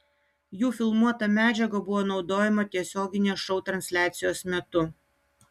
jų filmuota medžiaga buvo naudojama tiesioginės šou transliacijos metu